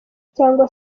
cyangwa